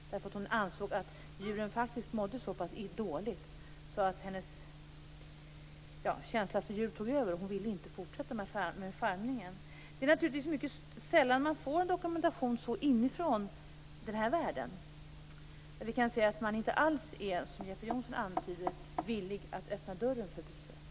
Hon ansåg att djuren faktiskt mådde så pass dåligt att hennes känsla för djur tog över. Hon ville inte fortsätta med farmningen. Det är mycket sällan som man får en dokumentation så direkt inifrån den här världen, där vi kan se att man inte alls är, som Jeppe Johnsson antyder, villig att öppna dörren för besök.